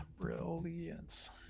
brilliance